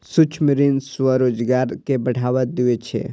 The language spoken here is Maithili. सूक्ष्म ऋण स्वरोजगार कें बढ़ावा दै छै